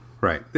Right